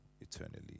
eternally